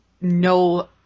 no